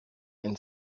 and